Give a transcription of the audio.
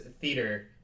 Theater